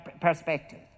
perspective